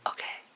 Okay